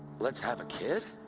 let's have a kid!